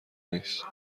نیست